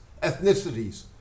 ethnicities